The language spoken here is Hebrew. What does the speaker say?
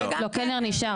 לא, קלנר נשאר.